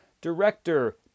Director